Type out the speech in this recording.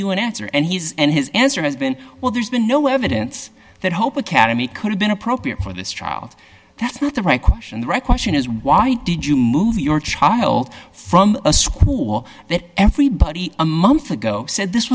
you an answer and he's and his answer has been well there's been no evidence that hope academy could have been appropriate for this child that's not the right question the right question is why did you move your child from a school that everybody a month ago said this